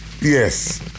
Yes